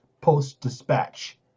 Post-Dispatch